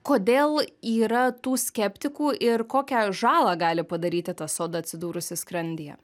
kodėl yra tų skeptikų ir kokią žalą gali padaryti ta soda atsidūrusi skrandyje